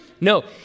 No